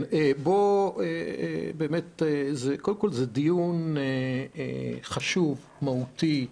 קודם כול, זה דיון חשוב, מהותי,